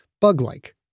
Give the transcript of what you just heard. bug-like